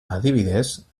adibidez